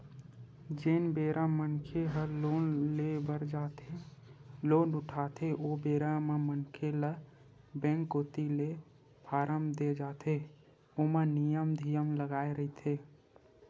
जेन बेरा मनखे ह लोन ले बर जाथे लोन उठाथे ओ बेरा म मनखे ल बेंक कोती ले फारम देय जाथे ओमा नियम धियम लिखाए रहिथे